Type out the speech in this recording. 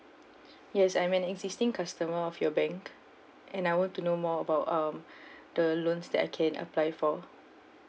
yes I'm an existing customer of your bank and I want to know more about um the loans that I can apply for